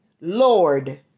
Lord